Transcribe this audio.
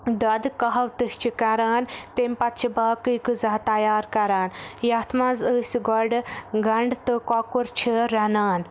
دۄدٕ کہوٕ تہِ چھِ کَران تَمہِ پتہٕ چھِ باقٕے غزا تیار کَران یَتھ منٛز أسۍ گۄڈٕ گَنٛڈٕ تہٕ کۄکُر چھِ رَنان